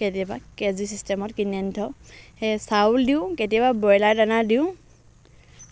কেতিয়াবা কেজি ছিষ্টেমত কিনি আনি থওঁ সেই চাউল দিওঁ কেতিয়াবা ব্ৰইলাৰ দানা দিওঁ